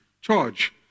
charge